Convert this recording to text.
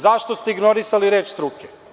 Zašto ste ignorisali reč struke?